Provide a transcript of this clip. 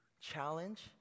challenge